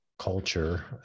culture